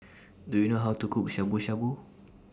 Do YOU know How to Cook Shabu Shabu